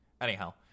anyhow